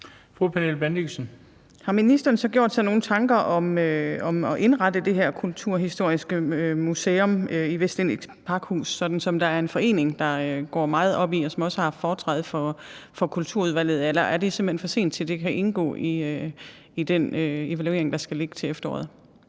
Pernille Bendixen (DF): Har ministeren så gjort sig nogle tanker om at indrette det her kulturhistoriske museum i Vestindisk Pakhus, sådan som der er en forening, der går meget op i? Og den har også haft foretræde for Kulturudvalget. Eller er det simpelt hen for sent til, at det kan indgå i den evaluering, der skal ligge til efteråret?